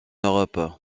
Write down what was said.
europe